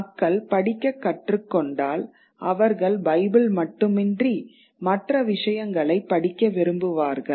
மக்கள் படிக்கக் கற்றுக் கொண்டால் அவர்கள் பைபிள் மட்டுமின்றி மற்ற விஷயங்களைப் படிக்க விரும்புவார்கள்